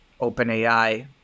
OpenAI